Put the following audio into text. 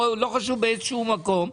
או כל מקום אחר,